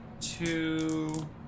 Two